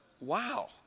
wow